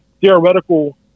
theoretical